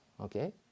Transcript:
okay